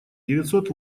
девятьсот